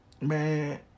Man